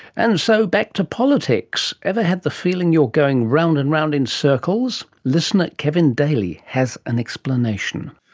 and so back to politics. ever have the feeling you're going round and round in circles? listener kevin daley has an explanation.